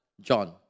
John